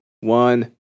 one